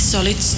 Solid